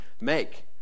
make